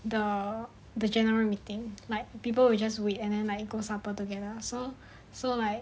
the the general meeting like people will just wait and then like you go supper together so so like